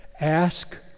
ask